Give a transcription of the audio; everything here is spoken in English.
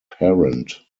parent